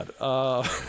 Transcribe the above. god